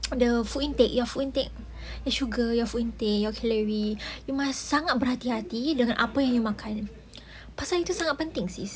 the food intake your food intake the sugar your food intake your calorie you must sangat berhati-hati dengan apa yang you makan sis